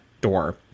door